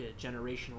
generational